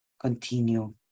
continue